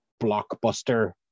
blockbuster